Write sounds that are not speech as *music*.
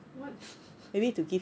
what *laughs*